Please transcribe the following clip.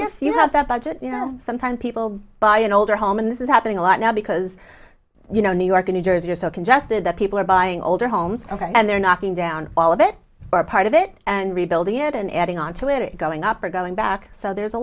if you have that budget you know sometimes people buy an older home and this is happening a lot now because you know new york or new jersey are so congested that people are buying older homes and they're knocking down all of it or part of it and rebuilding it and adding on to it going up or going back so there's a